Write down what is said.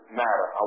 matter